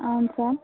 అవును సార్